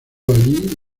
allí